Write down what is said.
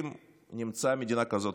אם נמצא מדינה כזאת,